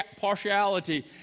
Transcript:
partiality